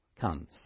comes